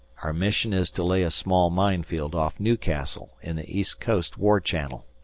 our mission is to lay a small minefield off newcastle in the east coast war channel.